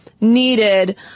needed